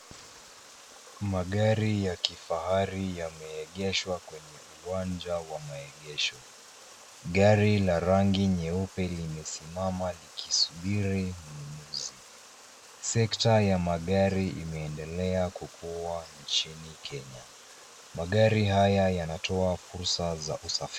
Magari ya kifahari yameegeshwa kwenye uwanja wa maegesho. Gari la rangi nyeupe limesimama likisubiri mnunuzi. Sekta ya magari imeendelea kukua nchini Kenya. Magari haya yanatoa fursa za usafiri.